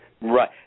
Right